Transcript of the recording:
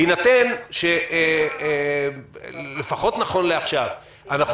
בהינתן שלפחות נכון לעכשיו אנחנו